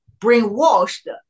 brainwashed